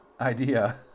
idea